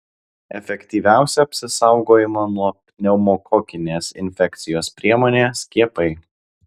efektyviausia apsisaugojimo nuo pneumokokinės infekcijos priemonė skiepai